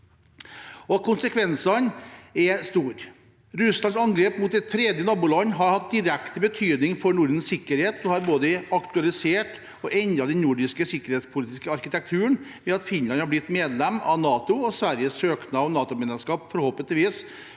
konsekvensene er store. Russlands angrep mot et fredelig naboland har hatt direkte betydning for Nordens sikkerhet og har både aktualisert og endret den nordiske sikkerhetspolitiske arkitekturen ved at Finland har blitt medlem av NATO, og at Sveriges søknad om NATO-medlemskap forhåpentligvis